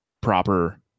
proper